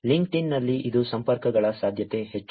ಲಿಂಕ್ಡ್ಇನ್ನಲ್ಲಿ ಇದು ಸಂಪರ್ಕಗಳ ಸಾಧ್ಯತೆ ಹೆಚ್ಚು